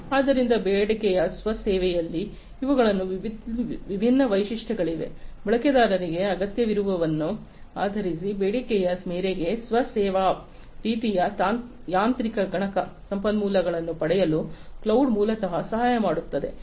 ಆದ್ದರಿಂದ ಬೇಡಿಕೆಯ ಸ್ವ ಸೇವೆಯಲ್ಲಿ ಇವುಗಳಲ್ಲಿ ವಿಭಿನ್ನ ವೈಶಿಷ್ಟ್ಯಗಳಿವೆ ಬಳಕೆದಾರರಿಗೆ ಅಗತ್ಯವಿರುವದನ್ನು ಆಧರಿಸಿ ಬೇಡಿಕೆಯ ಮೇರೆಗೆ ಸ್ವ ಸೇವಾ ರೀತಿಯ ಯಾಂತ್ರಿಕ ಗಣಕ ಸಂಪನ್ಮೂಲಗಳನ್ನು ಪಡೆಯಲು ಕ್ಲೌಡ್ ಮೂಲತಃ ಸಹಾಯ ಮಾಡುತ್ತದೆ